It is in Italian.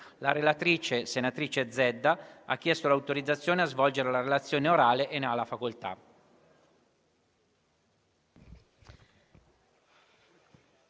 La relatrice, senatrice Zedda, ha chiesto l'autorizzazione a svolgere la relazione orale. Non facendosi